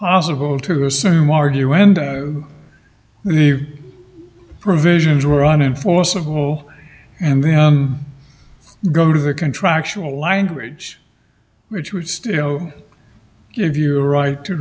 possible to assume argue and the provisions were on enforceable and then go to the contractual language which would studio give you a right to